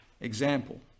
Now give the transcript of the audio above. example